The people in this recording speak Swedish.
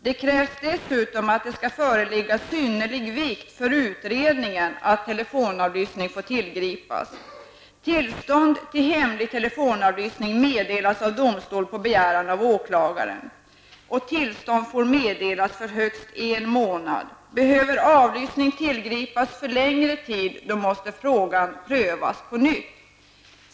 Det krävs dessutom att det skall vara av synnerlig vikt för utredning för att telefonavlyssning skall få tillgripas. Tillstånd till hemlig telefonavlyssning meddelas av domstol på begäran av åklagaren. Tillstånd får meddelas för högst en månad. Behöver telefonavlyssningen ske under längre tid, måste frågan prövas på nytt.